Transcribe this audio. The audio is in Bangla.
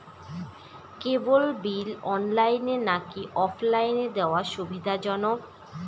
কেবল বিল অনলাইনে নাকি অফলাইনে দেওয়া সুবিধাজনক?